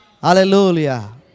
Hallelujah